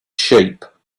sheep